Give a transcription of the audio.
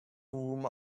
whom